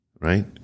right